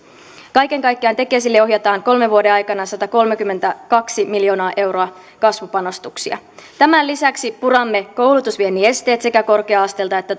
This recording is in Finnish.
kaiken kaikkiaan tekesille ohjataan kolmen vuoden aikana satakolmekymmentäkaksi miljoonaa euroa kasvupanostuksia tämän lisäksi puramme koulutusviennin esteet sekä korkea asteelta että